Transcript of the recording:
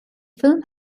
film